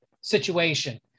situation